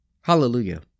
Hallelujah